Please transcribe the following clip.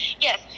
Yes